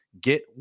get